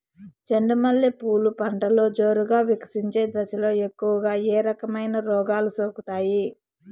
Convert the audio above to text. చెండు మల్లె పూలు పంటలో జోరుగా వికసించే దశలో ఎక్కువగా ఏ రకమైన రోగాలు సోకుతాయి?